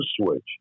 switch